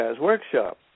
Workshop